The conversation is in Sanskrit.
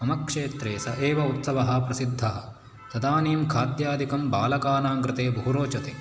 मम क्षेत्रे स एव उत्सवः प्रसिद्धः तदानीं खाद्यादिकं बालकानां बहु रोचते